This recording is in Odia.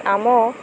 ଆମ